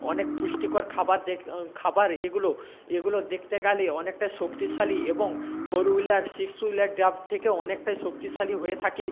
অনেক পুষ্টিকর খাবার দেয় খাবার এগুলো এগুলো দেখতে গেলে অনেকটা শক্তিশালী এবং ফোর হুইলার সিক্স হুইলার ডাব থেকে অনেকটাই শক্তিশালী হয়ে থাকে